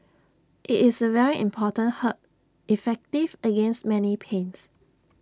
IT is A very important herb effective against many pains